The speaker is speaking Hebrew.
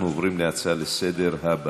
אנחנו עוברים להצעות לסדר-היום